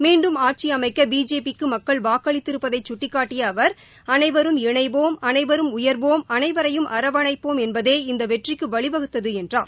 மீண்டும் ஆட்சி அமைக்க பிஜேபிக்கு மக்கள் வாக்களித்திருப்பதை சுட்டிக்காட்டிய அவர் அனைவரும் இணைவோம் அனைவரும் உயர்வோம் அனைவரையும் அரவணைப்போம் என்பதே இந்த வெற்றிக்கு வழிவகுத்தது என்றார்